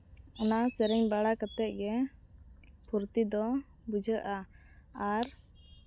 ᱚᱱᱟ ᱥᱮᱨᱮᱧ ᱵᱟᱲᱟ ᱠᱟᱛᱮᱫ ᱜᱮ ᱯᱷᱩᱨᱛᱤ ᱫᱚ ᱵᱩᱡᱷᱟᱹᱜᱼᱟ ᱟᱨ